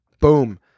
Boom